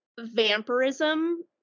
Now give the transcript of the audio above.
vampirism